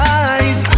eyes